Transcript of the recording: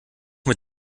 mit